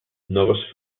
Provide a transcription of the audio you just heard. noves